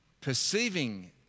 perceiving